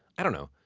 i don't know,